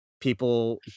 people